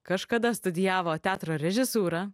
kažkada studijavo teatro režisūrą